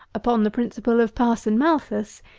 upon the principle of parson malthus,